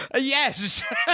Yes